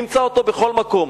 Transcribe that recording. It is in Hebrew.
ימצא אותו בכל מקום.